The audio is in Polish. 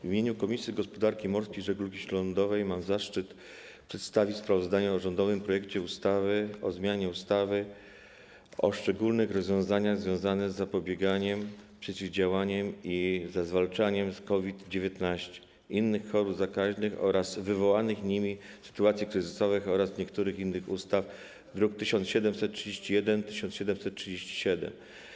W imieniu Komisji Gospodarki Morskiej i Żeglugi Śródlądowej mam zaszczyt przedstawić sprawozdanie o rządowym projekcie ustawy o zmianie ustawy o szczególnych rozwiązaniach związanych z zapobieganiem, przeciwdziałaniem i zwalczaniem COVID-19, innych chorób zakaźnych oraz wywołanych nimi sytuacji kryzysowych oraz niektórych innych ustaw, druki nr 1731 i 1737.